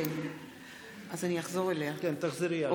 תחזרי.